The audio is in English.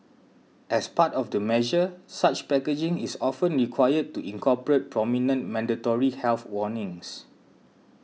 as part of the measure such packaging is often required to incorporate prominent mandatory health warnings